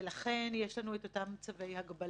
ולכן יש לנו את אותם צווי הגבלה,